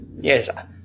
Yes